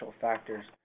factors